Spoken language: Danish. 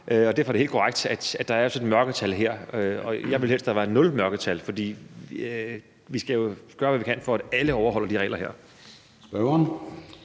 og derfor er det også helt korrekt, at der her er et mørketal. Jeg ville helst have, at der var nul mørketal, for vi skal jo gøre, hvad vi kan, for at alle overholder de her regler.